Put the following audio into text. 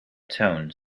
tone